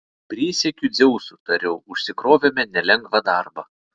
prisiekiu dzeusu tariau užsikrovėme nelengvą darbą